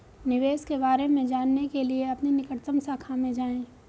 निवेश के बारे में जानने के लिए अपनी निकटतम शाखा में जाएं